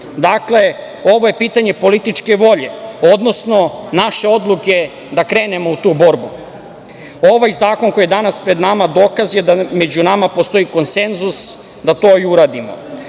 Dakle, ovo je pitanje političke volje, odnosno naše odluke da krenemo u tu borbu. Ovaj zakon, koji je danas pred nama, dokaz je da među nama postoji konsenzus da to i uradimo.